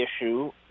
issue